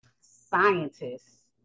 scientists